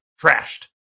trashed